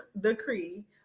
decree